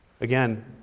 Again